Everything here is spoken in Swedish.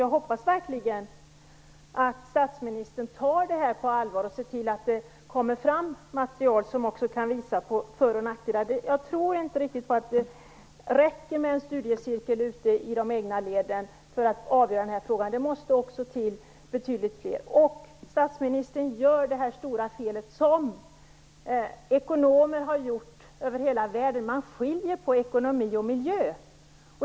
Jag hoppas verkligen att statsministern tar det här på allvar och att han ser till att det kommer fram material som visar på för och nackdelarna. Jag tror inte riktigt att det räcker med en studiecirkel ute i de egna leden för att avgöra den här frågan. Det måste till betydligt mer. Statsministern gör också det stora fel som ekonomer över hela världen har gjort: att skilja på ekonomi och miljö.